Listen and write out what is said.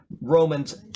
Romans